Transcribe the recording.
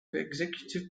executive